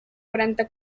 quaranta